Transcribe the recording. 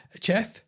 Chef